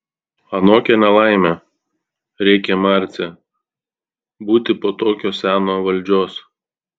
anokia ne laimė rėkė marcė būti po tokio seno valdžios